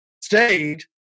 stayed